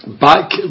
Back